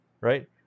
Right